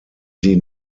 sie